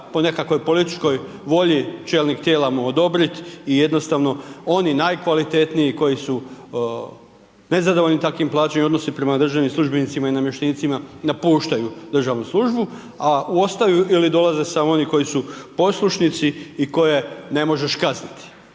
mora po nekakvoj političkoj volji čelnik mu odobrit i jednostavno oni najkvalitetniji koji su nezadovoljni takvim plaćama i odnosom prema državnim službenicima i namještenicima napuštaju državnu službu, a ostaju ili dolaze samo oni koji su poslušnici i koje ne možeš kazniti.